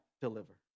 deliver